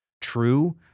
true